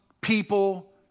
people